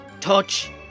touch